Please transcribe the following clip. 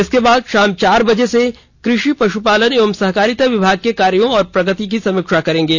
इसके बाद शाम चार बर्ज से कृषि पश्पालन एवं सहकारिता विभाग के कार्यो और प्रगति की समीक्षा करेंगे